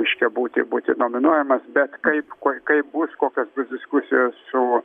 reiškia būti būti nominuojamas bet kaip koi kaip bus kokios bus diskusijos su